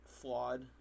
flawed